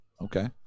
Okay